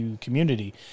community